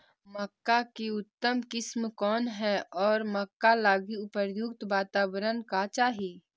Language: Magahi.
मक्का की उतम किस्म कौन है और मक्का लागि उपयुक्त बाताबरण का चाही?